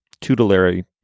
tutelary